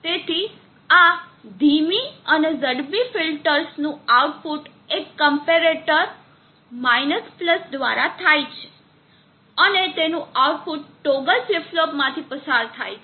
તેથી આ ધીમી અને ઝડપી ફિલ્ટર્સનું આઉટપુટ એક ક્મ્પેરેટર દ્વારા જાય થાય છે અને તેનું આઉટપુટ ટોગલ ફ્લિપ ફ્લોપ માંથી પસાર થાય છે